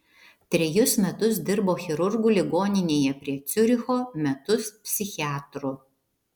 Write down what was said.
trejus metus dirbo chirurgu ligoninėje prie ciuricho metus psichiatru